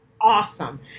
awesome